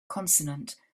consonant